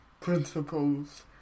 principles